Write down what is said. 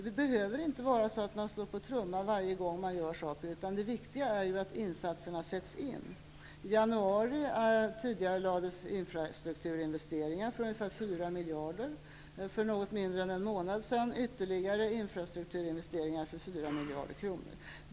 Man behöver inte slå på trumman varje gång man gör saker och ting, utan det viktiga är ju att åtgärderna sätts in. I januari tidigarelades infrastrukturinvesteringar för ungeför 4 miljarder och för något mindre än en månad sedan ytterligare infrastrukturinvesteringar för 4 miljarder kronor.